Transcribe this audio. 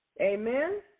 Amen